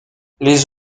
les